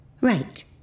Right